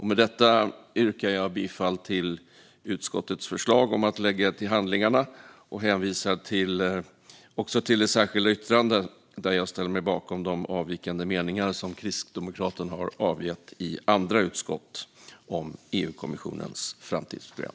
Med detta yrkar jag bifall till utskottets förslag om att lägga utlåtandet till handlingarna och hänvisar till det särskilda yttrandet där jag ställer mig bakom de avvikande meningar som Kristdemokraterna har avgett i andra utskott om EU-kommissionens framtidsprogram.